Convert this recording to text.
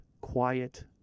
quiet